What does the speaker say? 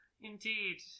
Indeed